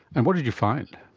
and what did you find?